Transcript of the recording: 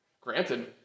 granted